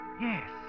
Yes